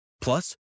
Plus